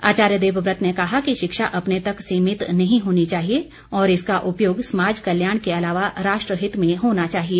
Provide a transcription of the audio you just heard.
आचार्य देवव्रत ने कहा कि शिक्षा अपने तक सीमित नहीं होनी चाहिए और इसका उपयोग समाज कल्याण के अलावा राष्ट्रहित में होना चाहिए